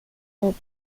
hop